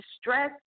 stress